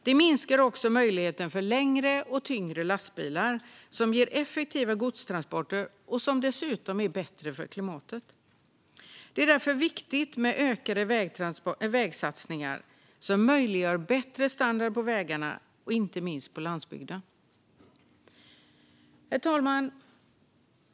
Det minskar också möjligheten för längre och tyngre lastbilar som ger effektiva godstransporter och som dessutom är bättre för klimatet. Det är därför viktigt med ökade vägsatsningar som möjliggör bättre standard på vägarna, inte minst på landsbygden. Herr talman!